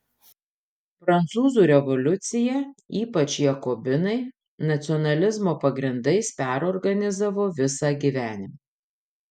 prancūzų revoliucija ypač jakobinai nacionalizmo pagrindais perorganizavo visą gyvenimą